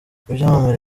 ibyamamare